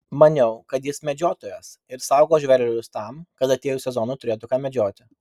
maniau kad jis medžiotojas ir saugo žvėrelius tam kad atėjus sezonui turėtų ką medžioti